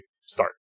start